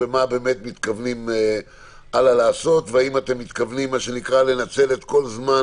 מה באמת מתכוונים הלאה לעשות והאם אתם מתכוונים לנצל את כל זמן